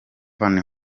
van